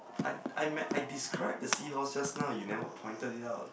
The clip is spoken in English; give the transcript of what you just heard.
I I ma~ I described the seahorse just now you never pointed it out